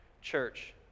church